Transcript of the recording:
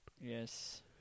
Yes